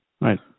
Right